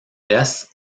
deaths